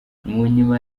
munyuma